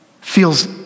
feels